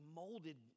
molded